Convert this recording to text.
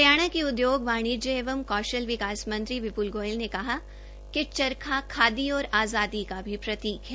हरियाणा के उद्योग वाणिज्य एवं कौशल विकास मंत्री विपुल गोयल ने कहा कि चरखा खादी और आजादी का भी प्रतीक है